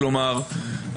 כלומר,